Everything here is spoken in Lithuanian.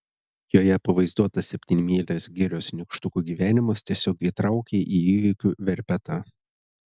joje pavaizduotas septynmylės girios nykštukų gyvenimas tiesiog įtraukė į įvykių verpetą